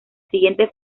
siguiente